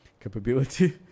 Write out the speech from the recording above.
capability